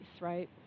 right